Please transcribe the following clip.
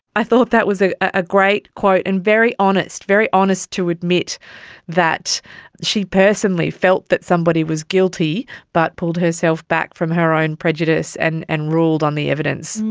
i thought that was a ah great quote and very honest, very honest to admit that she personally felt that somebody was guilty but pulled herself back from her own prejudice and and ruled on the evidence.